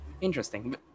interesting